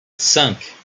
cinq